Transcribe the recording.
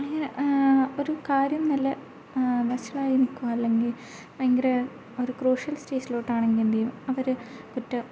അങ്ങനെ ഒരു കാര്യം നല്ല വഷളായി നിൽക്കുകയോ അല്ലെങ്കിൽ ഭയങ്കര ഒരു ക്രൂഷ്യൽ സ്റ്റേജിലോട്ടാണെങ്കിൽ എന്തുചെയ്യും അവർ കുറ്റം